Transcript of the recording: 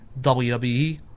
WWE